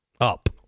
Up